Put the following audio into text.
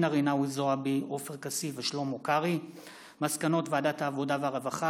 פרטיים; על מסקנות ועדת העבודה והרווחה